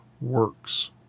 works